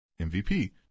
MVP